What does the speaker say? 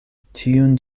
tiun